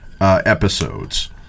episodes